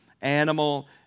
animal